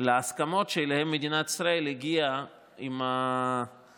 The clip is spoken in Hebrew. להסכמות שאליהן מדינת ישראל הגיעה עם הפלסטינים